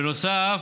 בנוסף,